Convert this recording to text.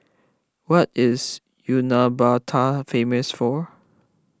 what is Ulaanbaatar famous for